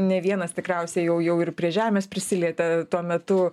ne vienas tikriausiai jau jau ir prie žemės prisilietė tuo metu